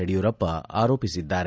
ಯಡಿಯೂರಪ್ಪ ಆರೋಪಿಸಿದ್ದಾರೆ